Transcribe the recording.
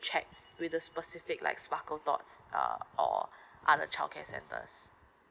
check with the specific like sparkletots uh or other childcare centers